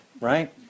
Right